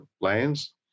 lands